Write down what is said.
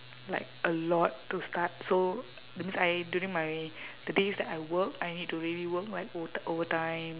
like a lot to start so that means I during my the days that I work I need to really work like o~ overtime